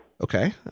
Okay